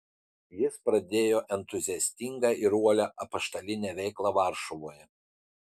jis pradėjo entuziastingą ir uolią apaštalinę veiklą varšuvoje